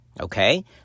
Okay